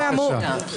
בבקשה.